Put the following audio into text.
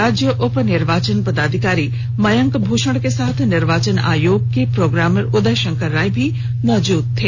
राज्य उप निर्वाचन पदाधिकारी मयंक भूषण के साथ निर्वाचन आयोग के प्रोग्रामर उदय शंकर राय भी मौजूद थे